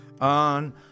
on